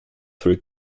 three